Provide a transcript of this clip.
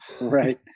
right